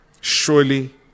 surely